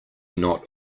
not